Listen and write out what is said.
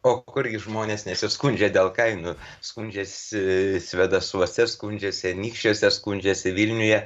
o kurgi žmonės nesiskundžia dėl kainų skundžiasi svėdasuose skundžiasi anykščiuose skundžiasi vilniuje